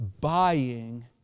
buying